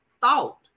thought